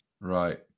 Right